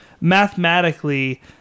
Mathematically